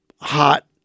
hot